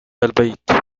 البيت